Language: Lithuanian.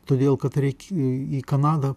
todėl kad reik į į kanadą